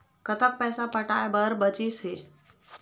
कतक पैसा पटाए बर बचीस हे?